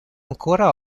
ancora